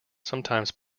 sometimes